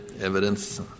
evidence